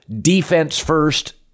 defense-first